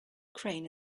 crane